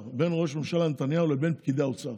ובין ראש הממשלה נתניהו לפקידי האוצר,